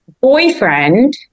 boyfriend